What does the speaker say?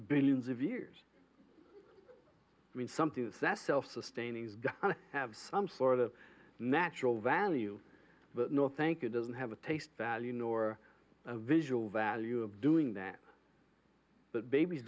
billions of years i mean something that's self sustaining is gonna have some sort of natural value but no thank you doesn't have a taste value nor a visual value of doing that but babies